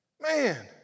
man